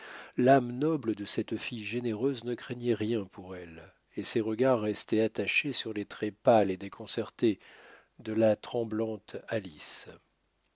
l'âme noble de cette fille généreuse ne craignait rien pour elle et ses regards restaient attachés sur les traits pâles et déconcertés de la tremblante